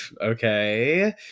Okay